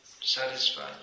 satisfied